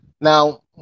Now